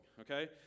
okay